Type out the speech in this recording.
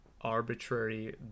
arbitrary